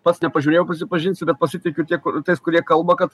pats nepažiūrėjau prisipažinsiu bet pasitikiu tie tais kurie kalba kad